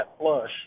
flush